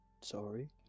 sorry